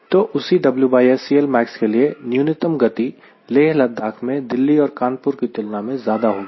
तो उसी WS CLmax के लिए न्यूनतम गति लेह लद्दाख में दिल्ली और कानपुर की तुलना में ज्यादा होगी